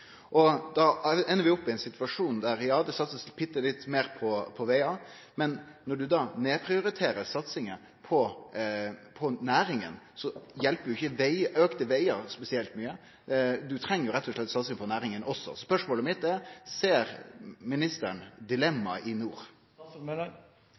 vi opp i denne situasjonen: Ja, det blir satsa bitte lite meir på vegar, men når ein nedprioriterer satsing på næring, hjelper ikkje auken til vegar spesielt mykje. Ein treng rett og slett satsing på næring også. Spørsmålet mitt er: Ser ministeren